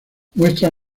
muestran